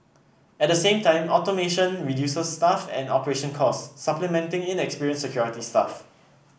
at the same time automation reduces staff and operation cost supplementing inexperienced security staff